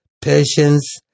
patience